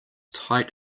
tight